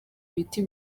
ibiti